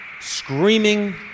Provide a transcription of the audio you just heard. screaming